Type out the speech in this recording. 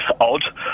Odd